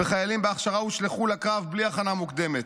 וחיילים בהכשרה הושלכו לקרב בלי הכנה מקודמת.